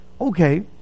okay